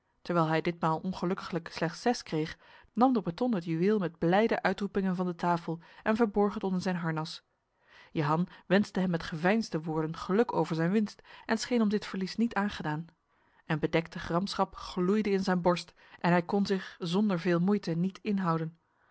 terwijl hij ditmaal ongelukkiglijk slechts zes kreeg nam de breton het juweel met blijde uitroepingen van de tafel en verborg het onder zijn harnas jehan wenste hem met geveinsde woorden geluk over zijn winst en scheen om dit verlies niet aangedaan een bedekte gramschap gloeide in zijn borst en hij kon zich zonder veel moeite niet inhouden